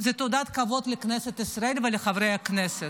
זה תעודת כבוד לכנסת ישראל ולחברי הכנסת.